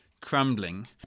crumbling